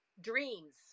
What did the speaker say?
dreams